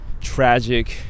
tragic